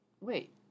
wait